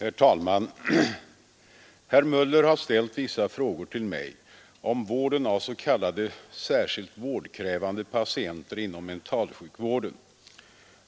Herr talman! Herr Möller har ställt vissa frågor till mig om vården av s.k. särskilt vårdkrävande patienter inom mentalsjukvården.